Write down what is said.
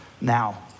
now